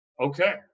okay